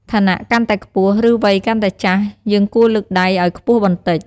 ឋានៈកាន់តែខ្ពស់ ឬវ័យកាន់តែចាស់ យើងគួរលើកដៃឱ្យខ្ពស់បន្តិច។